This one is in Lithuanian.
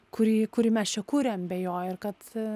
kurį kurį mes čia kuriam be jo ir kad